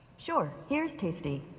sure, here's tasty.